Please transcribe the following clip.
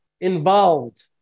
involved